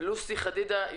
לוסי חדידה,